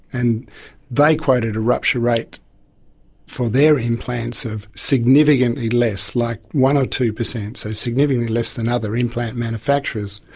and they quoted a rupture rate for their implants of significantly less like one or two per cent, so significantly less than other implant manufacturers.